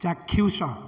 ଚାକ୍ଷୁଷ